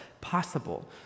possible